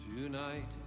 Tonight